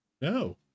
No